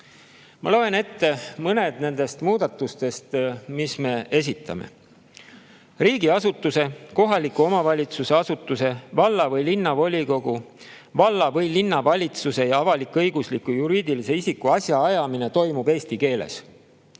Ma loen ette mõned nendest muudatustest, mis me esitame. "Riigiasutuse, kohaliku omavalitsuse asutuse, valla- või linnavolikogu, valla- või linnavalitsuse ja avalik-õigusliku juriidilise isiku asjaajamine toimub eesti keeles.